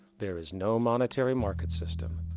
there is no monetary-market system.